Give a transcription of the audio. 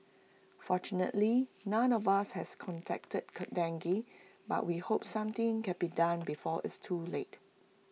fortunately none of us has contracted dengue but we hope something can be done before it's too late